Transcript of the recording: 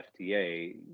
FDA